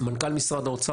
מנכ"ל משרד האוצר,